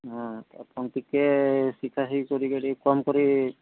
ହଁ ଆପଣ ଟିକେ ଶିଖାଶିଖି କରିସାରି କରିବେ